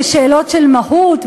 בשאלות של מהות?